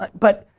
but,